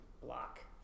block